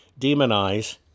demonize